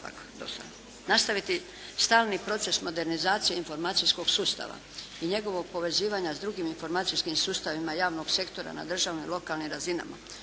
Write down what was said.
Nastaviti stalni proces modernizacije informacijskog sustava i njegovog povezivanja s drugim informacijskim sustavima javnog sektora na državnim lokalnim razinama.